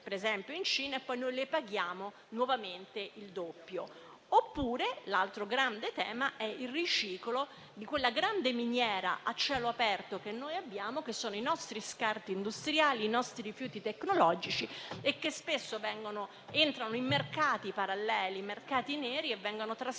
ad esempio in Cina, e poi le abbiamo pagate il doppio. L'altro grande tema è il riciclo di quella grande miniera a cielo aperto che sono i nostri scarti industriali e i nostri rifiuti tecnologici, che spesso entrano in mercati paralleli (mercati neri), che vengono rubati